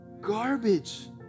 garbage